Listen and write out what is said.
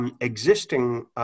existing